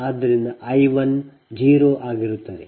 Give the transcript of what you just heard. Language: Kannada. ಆದ್ದರಿಂದ I 1 0 ಆಗುತ್ತದೆ